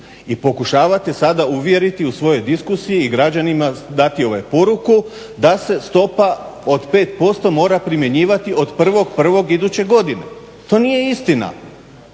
i pokušavate sada uvjeriti u svojoj diskusiji i građanima dati poruku da se stopa od 5% mora primjenjivati od 1.1. iduće godine. To nije istina.